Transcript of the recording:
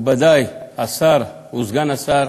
מכובדי השר וסגן השר,